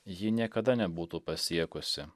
ji niekada nebūtų pasiekusi